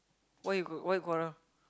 why you why you quarrel